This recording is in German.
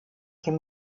dem